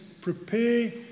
prepare